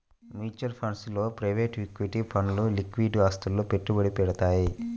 mutual funds లో private equity ఫండ్లు liquid ఆస్తులలో పెట్టుబడి పెడతయ్యి